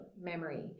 memory